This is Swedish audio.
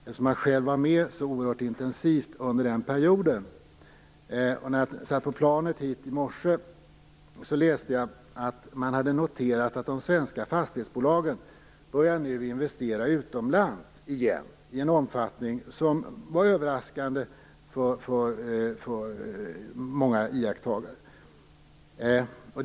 Jag var ju själv så oerhört intensivt med under den perioden. När jag satt på planet hit i morse, läste jag att man hade noterat att de svenska fastighetsbolagen nu börjar investera utomlands igen i en omfattning som var överraskande för många iakttagare.